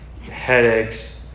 headaches